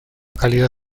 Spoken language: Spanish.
calidad